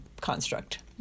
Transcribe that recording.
construct